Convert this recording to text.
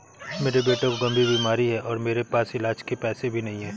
मेरे बेटे को गंभीर बीमारी है और मेरे पास इलाज के पैसे भी नहीं